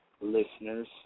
listeners